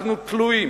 אנחנו תלויים